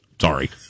Sorry